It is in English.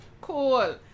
Cool